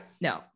no